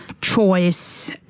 choice